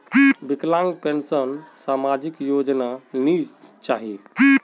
विकलांग पेंशन सामाजिक योजना नी जाहा की?